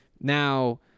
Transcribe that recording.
now